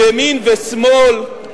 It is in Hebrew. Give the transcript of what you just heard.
ימין ושמאל,